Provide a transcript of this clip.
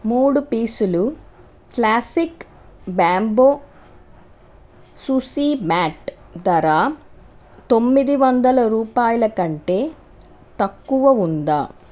మూడు పీసులు classic bamboo sushi mat ధర తొమ్మిది వందల రూపాయలకంటే తక్కువ ఉందా